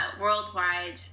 worldwide